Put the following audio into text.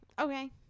okay